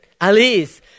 Alice